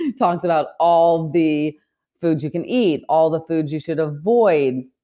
and talks about all the foods you can eat, all the foods you should avoid,